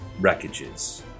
wreckages